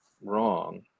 wrong